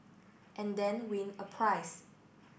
and then win a prize